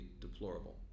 deplorable